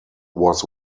was